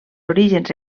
orígens